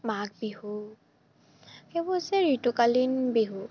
মাঘ বিহু সেইবোৰ হৈছে ঋতুকালীন বিহু